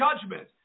judgment